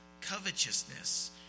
covetousness